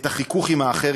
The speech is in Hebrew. את החיכוך עם האחר,